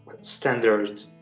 standard